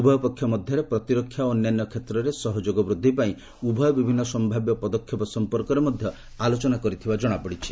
ଉଭୟ ପକ୍ଷ ମଧ୍ୟରେ ପ୍ରତିରକ୍ଷା ଓ ଅନ୍ୟାନ୍ୟ କ୍ଷେତ୍ରରେ ସହଯୋଗ ବୃଦ୍ଧି ପାଇଁ ଉଭୟ ବିଭିନ୍ନ ସମ୍ଭାବ୍ୟ ପଦକ୍ଷେପ ସଂପର୍କରେ ମଧ୍ୟ ଆଲୋଚନା କରିଥିବା ଜଣାପଡ଼ିଛି